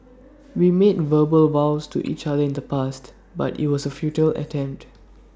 we made verbal vows to each other in the past but IT was A futile attempt